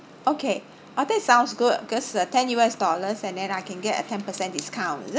okay uh that sounds good because uh ten U_S dollars and then I can get a ten percent discount is it